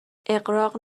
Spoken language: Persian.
اغراق